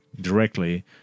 directly